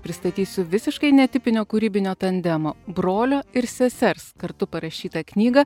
pristatysiu visiškai netipinio kūrybinio tandemo brolio ir sesers kartu parašytą knygą